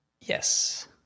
yes